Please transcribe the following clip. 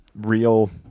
real